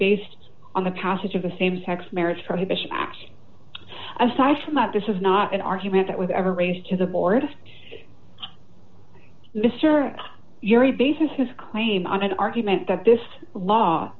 based on the passage of the same sex marriage prohibits act aside from that this is not an argument that was ever raised to the board of mr yury bases his claim on an argument that this law